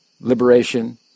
Liberation